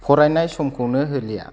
फरायनाय समखौनो होलिया